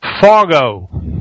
Fargo